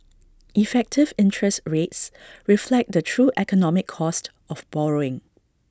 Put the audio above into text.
effective interest rates reflect the true economic cost of borrowing